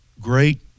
great